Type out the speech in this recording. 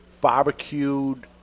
barbecued